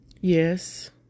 yes